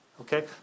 okay